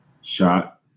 shot